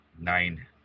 Nine